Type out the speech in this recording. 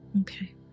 Okay